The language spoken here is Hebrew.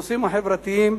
הנושאים החברתיים